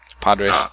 Padres